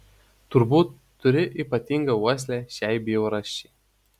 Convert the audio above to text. turbūt turi ypatingą uoslę šiai bjaurasčiai